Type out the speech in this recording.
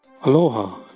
Aloha